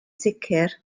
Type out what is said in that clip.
sicr